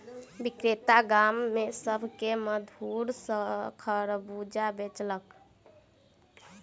विक्रेता गाम में सभ के मधुर खरबूजा बेचलक